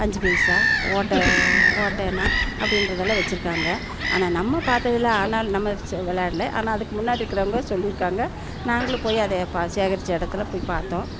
அஞ்சு பைசா ஓட்டை ஓட்டையணா அப்படின்றதுலாம் வச்சுருக்காங்க ஆனால் நம்ம பார்த்ததில்ல ஆனாலும் நம்ம விளாட்ல ஆனால் அதுக்கு முன்னாடி இருக்கிறவங்க சொல்லியிருக்காங்க நாங்களும் போய் அதை சேகரித்த இடத்துல போய் பார்த்தோம்